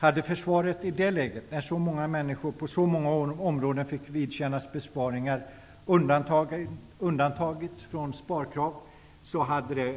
Hade försvaret i det läget -- när så många människor på så många områden fick vidkännas besparingar -- undantagits från sparkrav hade det